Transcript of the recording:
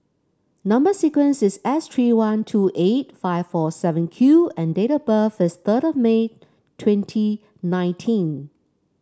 number sequence is S three one two eight five four seven Q and date of birth is third of May twenty nineteen